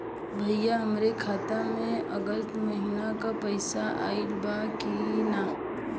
भईया हमरे खाता में अगस्त महीना क पैसा आईल बा की ना?